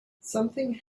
something